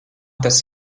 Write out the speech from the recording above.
tas